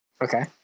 Okay